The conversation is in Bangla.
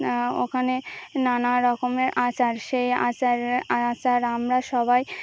ওখানে নানা রকমের আচার সেই আচার আচার আমরা সবাই